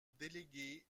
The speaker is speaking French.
déléguée